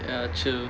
ya true